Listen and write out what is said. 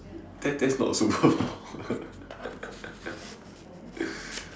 that that's not superpower